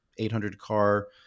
800-car